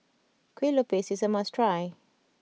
Kuih Lopes is a must try